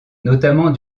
notamment